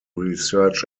research